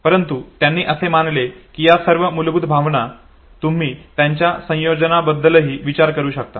परंतु त्यांनी असे मानले की या सर्व मूलभूत भावना तुम्ही त्यांच्या संयोजनाबद्दलही विचार करू शकता